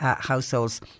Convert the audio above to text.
households